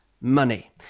Money